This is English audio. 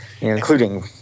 including